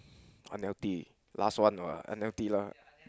unhealthy last one what unhealthy lah